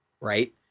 right